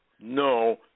No